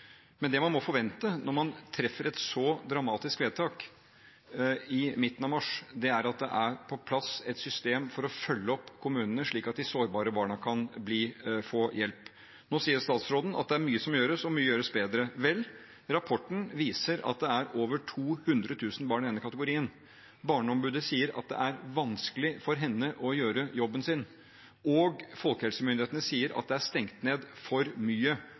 Det man må forvente når man treffer et så dramatisk vedtak i midten av mars, er at det er på plass et system for å følge opp kommunene, slik at de sårbare barna kan få hjelp. Nå sier statsråden at mye gjøres, og at mye gjøres bedre. Vel, rapporten viser at det er over 200 000 barn i denne kategorien. Barneombudet sier at det er vanskelig for henne å gjøre jobben sin, og folkehelsemyndighetene sier at det er stengt ned for mye.